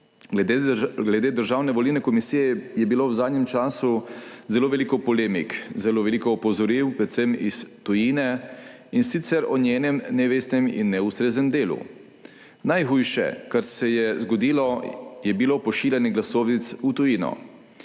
Glede Državne volilne komisije je bilo v zadnjem času zelo veliko polemik, zelo veliko opozoril, predvsem iz tujine, in sicer o njenem nevestnem in neustreznem delu. Najhujše, kar se je zgodilo, je bilo pošiljanje glasovnic v tujino.